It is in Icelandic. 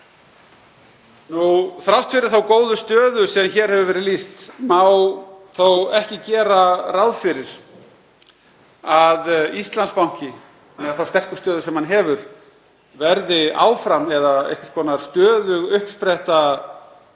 Þrátt fyrir þá góðu stöðu sem hér hefur verið lýst má þó ekki gera ráð fyrir að Íslandsbanki, með þá sterku stöðu sem hann hefur, verði áfram einhvers konar stöðug uppspretta